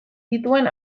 dituen